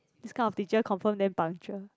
this kind of teacher confirm damn punctual